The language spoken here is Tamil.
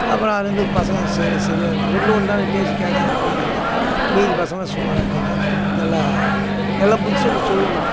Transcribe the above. அப்புறோம் அதிலேருந்து பசங்கள் சரி சரியா இருக்குது ரெண்டும் ஒன்று தானே என் பேச்சு கேட்காத போயிங்கிதுங்க மீதி பசங்கள் சுமாராக இருக்குதுங்க நல்லா நல்லா புத்தி சொல்லி சொல்லுவேன் நான்